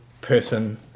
person